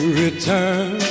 return